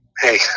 hey